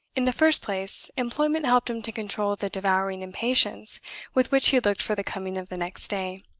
in the first place, employment helped him to control the devouring impatience with which he looked for the coming of the next day.